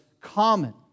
common